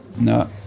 no